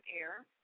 air